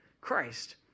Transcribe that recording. Christ